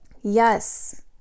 yes